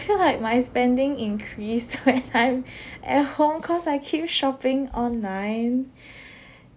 feel like my spending increase when I'm at home cause I keep shopping online